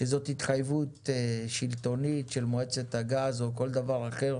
שזאת התחייבות שלטונית של מועצת הגז או כל דבר אחר,